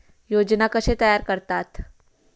योजना कशे तयार करतात?